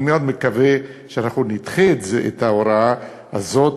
אני מאוד מקווה שאנחנו נדחה את ההוראה הזאת,